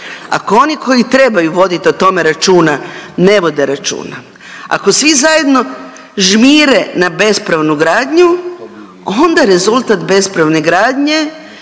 ako oni koji trebaju voditi o tome računa ne vode računa, ako svi zajedno žmire na bespravnu gradnju onda rezultat bespravne gradnje